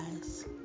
guys